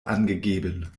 angegeben